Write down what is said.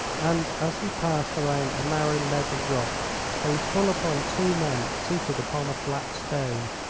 and as he passed around a narrow ledge of rock came full upon two men seated upon a flat stone.